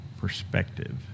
perspective